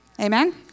amen